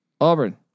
Auburn